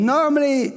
Normally